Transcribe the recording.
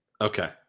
Okay